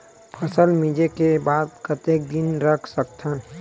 फसल मिंजे के बाद कतेक दिन रख सकथन?